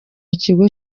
ikigo